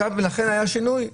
ולכן היה שינוי.